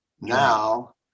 now